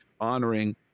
honoring